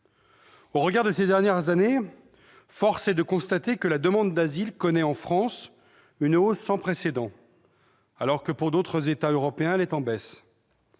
Au regard de ces dernières années, force est de constater que la demande d'asile connaît, en France, une hausse sans précédent, alors que, dans d'autres États européens, elle est en baisse.